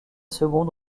seconde